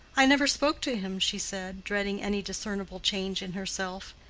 i never spoke to him, she said, dreading any discernible change in herself.